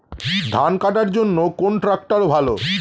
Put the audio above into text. ধান কাটার জন্য কোন ট্রাক্টর ভালো?